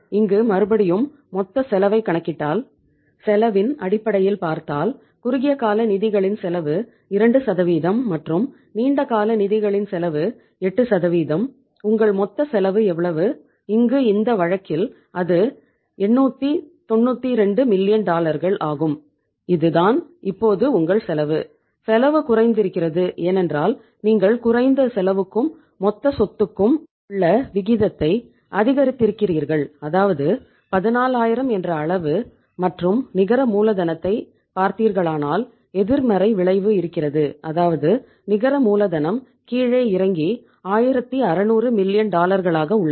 இங்கு மறுபடியும் மொத்த செலவை கணக்கிட்டால் செலவின் அடிப்படையில் பார்த்தால் குறுகிய கால நிதிகளின் செலவு 2 மற்றும் நீண்ட கால நிதிகளின் செலவு 8 உங்கள் மொத்த செலவு எவ்வளவு இங்கு இந்த வழக்கில் அது 892 மில்லியன் உள்ளது